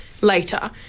later